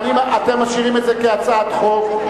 אתם משאירים את זה כהצעת חוק?